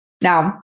Now